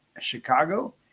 Chicago